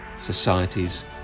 societies